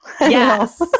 yes